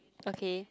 okay